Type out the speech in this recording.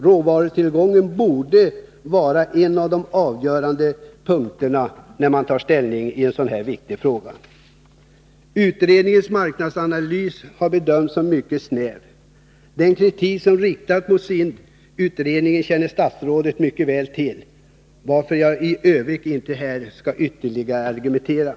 Råvarutillgången borde vara en av de avgörande punkterna när man tar ställning i en så här viktig fråga. Utredningens marknadsanalys har bedömts som mycket snäv. Den kritik Nr 26 som har riktats mot SIND-utredningen känner statsrådet mycket väl till, Måndagen den varför jag i övrigt inte här skall ytterligare argumentera.